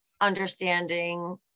understanding